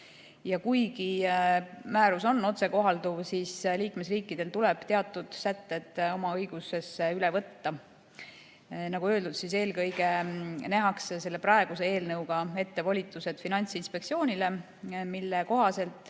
ja kuigi määrus on otsekohalduv, tuleb liikmesriikidel teatud sätted oma õigusesse üle võtta. Nagu öeldud, siis eelkõige nähakse selle praeguse eelnõuga ette volitused Finantsinspektsioonile, mille kohaselt